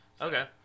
Okay